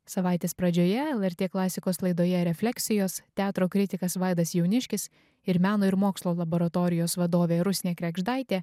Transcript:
savaitės pradžioje lrt klasikos laidoje refleksijos teatro kritikas vaidas jauniškis ir meno ir mokslo laboratorijos vadovė rusnė kregždaitė